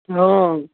हाँ